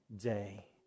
day